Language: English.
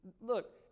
Look